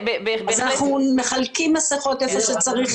אנחנו מחלקים מסיכות איפה שצריך,